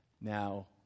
Now